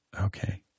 Okay